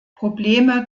probleme